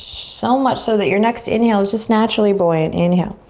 so much so that your next inhale is just naturally buoyant. inhale